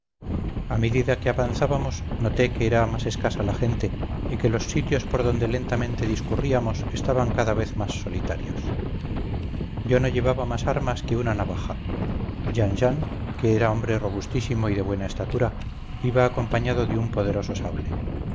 a medida que avanzábamos noté que era más escasa la gente y que los sitios por donde lentamente discurríamos estaban cada vez más solitarios yo no llevaba más armas que una navaja jean jean que era hombre robustísimo y de buena estatura iba acompañado de un poderoso sable